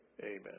Amen